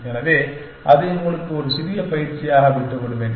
எனவே அதை உங்களுக்கு ஒரு சிறிய பயிற்சியாக விட்டுவிடுவேன்